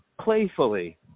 playfully